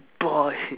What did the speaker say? boy